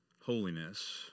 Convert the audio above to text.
holiness